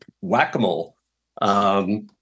whack-a-mole